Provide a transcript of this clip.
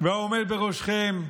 והעומד בראשכם,